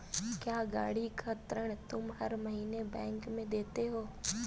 क्या, गाड़ी का ऋण तुम हर महीने बैंक में देते हो?